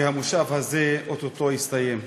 כי המושב הזה או-טו-טו יסתיים.